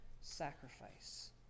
sacrifice